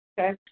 Okay